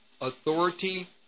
authority